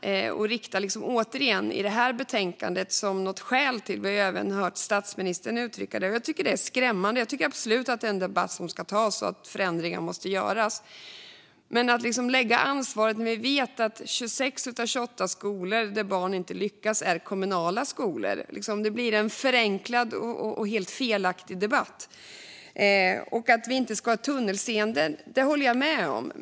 Även i detta betänkande tas de upp som något slags skäl, och vi har även hört statsministern uttrycka detta. Jag tycker att det är skrämmande. Jag tycker absolut att det är en debatt som ska tas och att förändringar måste göras, men vi vet att 26 av 28 skolor där barn inte lyckas är kommunala skolor. Att då lägga ansvaret på friskolor ger en förenklad och felaktig debatt. Att vi inte ska ha tunnelseende håller jag med om.